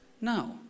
No